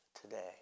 today